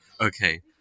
Okay